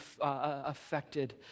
affected